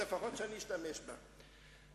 שומע מה הם אומרים,